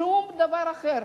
שום דבר אחר.